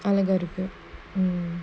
அழகா இருக்கு:alakaa iruku mm